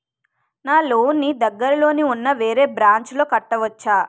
నా లోన్ నీ దగ్గర్లోని ఉన్న వేరే బ్రాంచ్ లో కట్టవచా?